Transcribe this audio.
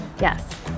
Yes